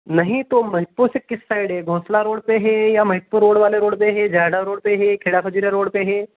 नहीं तो मनिकपुर से किस साइड है घोंसला रोड पे है या मनिकपुर रोड वाले रोड पे है जायडा रोड पे हे केडासा जीडा रोड पे है